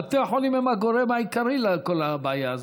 בתי החולים הם הגורם העיקרי לכל הבעיה הזאת.